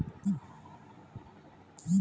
गेंहू के फसल में केतना सिंचाई उपयुक्त हाइ?